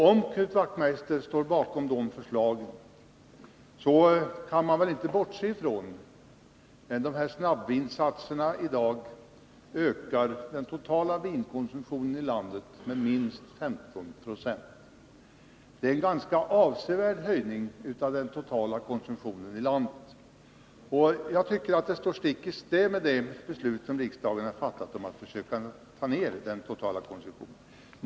Om Knut Wachtmeister står bakom de här förslagen kan han inte bortse från att snabbvinsatserna i dag ökar den totala vinkonsumtionen i landet med minst 15 26. Det är en ganska avsevärd höjning av den totala konsumtionen i landet. Detta går stick i stäv mot det beslut som riksdagen har fattat om att försöka få ner den totala konsumtionen.